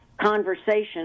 conversation